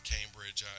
Cambridge